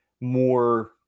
more